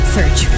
Search